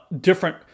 different